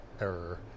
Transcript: error